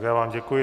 Já vám děkuji.